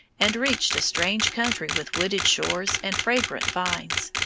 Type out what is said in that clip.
and reached a strange country with wooded shores and fragrant vines.